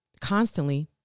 constantly